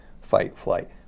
fight-flight